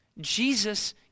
Jesus